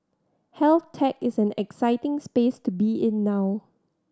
health tech is an exciting space to be in now